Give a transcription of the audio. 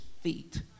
feet